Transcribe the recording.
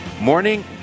morning